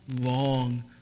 long